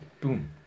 Boom